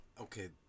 okay